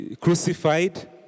crucified